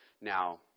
Now